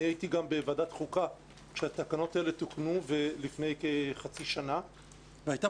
אני הייתי גם בוועדת חוקה כשהתקנות האלה תוקנו לפני כחצי שנה והייתה